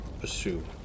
pursue